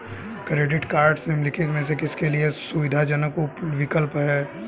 Credit cards निम्नलिखित में से किसके लिए सुविधाजनक विकल्प हैं?